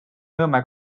nõmme